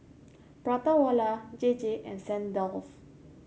Prata Wala J J and St Dalfour